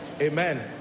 Amen